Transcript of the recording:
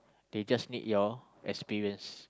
they just need your experience